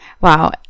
Wow